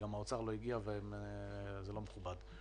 האוצר לא הגיע וזה לא מכובד.